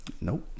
nope